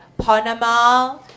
Panama